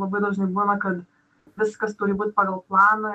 labai dažnai būna kad viskas turi būt pagal planą